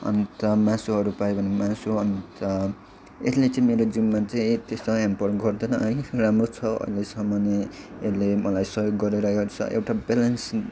अन्त मासुहरू पायो भने मासु अन्त यसले चाहिँ मेरो जीवनमा चाहिँ त्यस्तो हेम्पर गर्दैन है राम्रो छ अहिलेसम्म नै यसले मलाई सहयोग गरिरहेको छ एउटा ब्यालेन्स